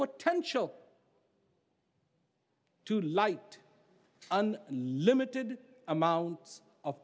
potential to light on limited amounts of